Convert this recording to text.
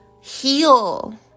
heal